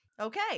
Okay